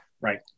Right